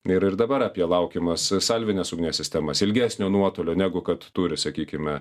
ir ir ir dabar apie laukiamas salvinės ugnies sistemas ilgesnio nuotolio negu kad turi sakykime